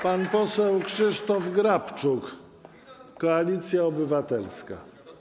Pan poseł Krzysztof Grabczuk, Koalicja Obywatelska.